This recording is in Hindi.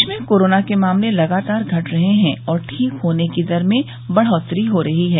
प्रदेश में कोरोना के मामले लगातार घट रहे हैं और ठीक होने की दर में बढ़ोत्तरी हो रही है